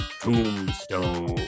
Tombstone